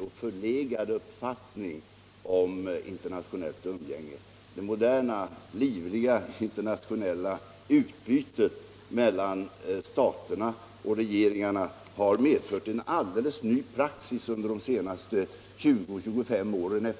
och förlegad uppfattning om internationellt umgänge. Det moderna livliga internationella utbytet mellan stater och regeringar har medfört en helt ny praxis under de senaste 20-25 åren.